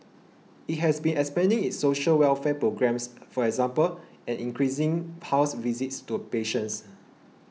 it has been expanding its social welfare programmes for example and increasing house visits to patients